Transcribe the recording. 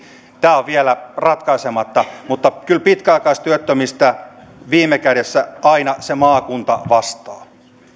tämä on vielä ratkaisematta mutta kyllä pitkäaikaistyöttömistä viime kädessä aina se maakunta vastaa